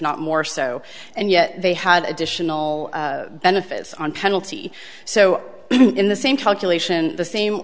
not more so and yet they had additional benefits on penalty so in the same calculation the same